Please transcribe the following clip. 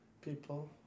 People